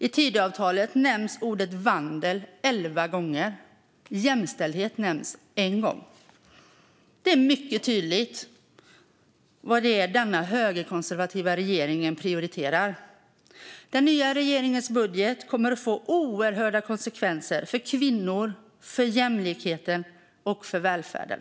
I Tidöavtalet nämns ordet vandel elva gånger medan jämställdhet nämns en gång. Det är tydligt vad den högerkonservativa regeringen prioriterar. Regeringens budget kommer att få oerhörda konsekvenser för kvinnorna, jämlikheten och välfärden.